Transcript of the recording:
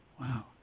Wow